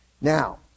Now